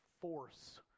force